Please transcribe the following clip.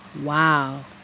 Wow